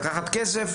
לקחת כסף,